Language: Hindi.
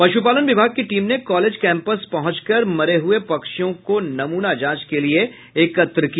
पशुपालन विभाग की टीम ने कॉलेज कैंपस में पहुंच कर मरे हुए पक्षियों को नमूना जांच के लिए एकत्र किया